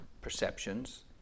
perceptions